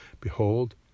Behold